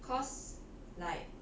cause like